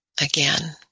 again